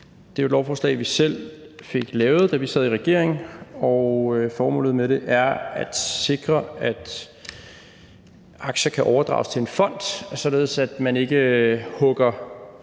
Det er jo et lovforslag, vi selv fik lavet, da vi sad i regering, og formålet med det er at sikre, at aktier kan overdrages til en fond, således at man ikke hugger